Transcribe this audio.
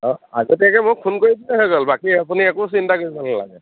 অঁ আগতীয়াকে মোক ফোন কৰি দিলে হৈ গ'ল বাকী আপুনি একো চিন্তা কৰিব নালাগে